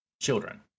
Children